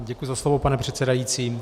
Děkuji za slovo, pane předsedající.